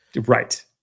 Right